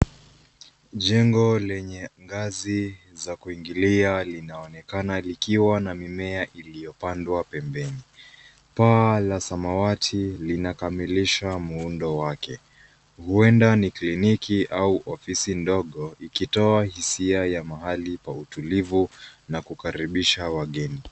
Jengo lenye ngazi za kuingilia linaonekana likiwa na mimea iliyopandwa pembeni. Paa la samawati linakamilisha muundo wake. Huenda ni kliniki au ofisi ndogo, ikitoa hisia ya mahali pa utulivu na kukaribisha wageni.